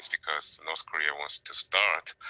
because north korea wants to start